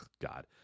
God